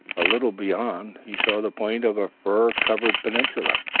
a little beyond he saw the point of a fir-covered peninsula,